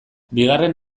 bigarren